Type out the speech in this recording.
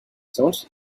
don’t